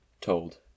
told